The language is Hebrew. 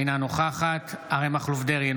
אינה נוכחת אריה מכלוף דרעי,